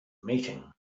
meeting